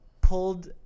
pulled